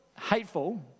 hateful